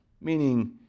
meaning